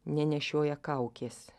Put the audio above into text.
nenešioja kaukės